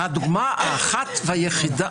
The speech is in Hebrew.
הדוגמה האחת והיחידה.